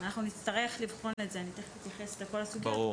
אנחנו נצטרך לבחון את זה - אני תכף אתייחס לכל הסוגיות,